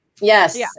Yes